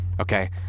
okay